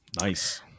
nice